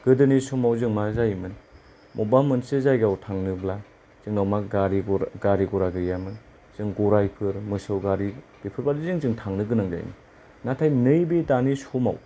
गोदोनि समाव जों मा जायोमोन बबेबा मोनसे जायगायाव थांनोब्ला जोंनाव मा गारि गरा गारि गरा गैयामोन जों गराइफोर मोसौ गारि बेफोरबादिजों जों थांनो गोनां जायोमोन नाथाय नैबे दानि समाव